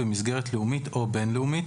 במסגרת לאומית או בין-לאומית,